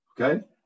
Okay